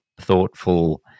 thoughtful